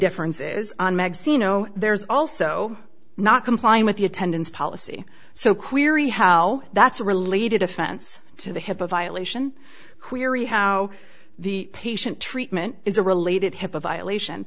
difference is on magazine no there's also not complying with the attendance policy so query how that's related offense to the hipaa violation query how the patient treatment is a related hipaa violation